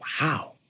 wow